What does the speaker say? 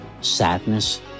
sadness